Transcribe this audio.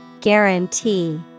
Guarantee